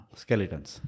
skeletons